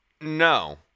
No